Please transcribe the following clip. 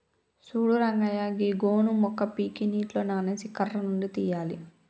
సూడు రంగయ్య గీ గోను మొక్క పీకి నీటిలో నానేసి కర్ర నుండి తీయాలి